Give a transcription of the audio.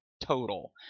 total